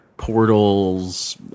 portals